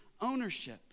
ownership